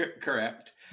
Correct